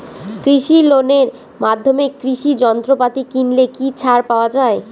কৃষি লোনের মাধ্যমে কৃষি যন্ত্রপাতি কিনলে কি ছাড় পাওয়া যায়?